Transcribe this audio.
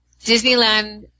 Disneyland